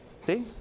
see